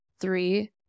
three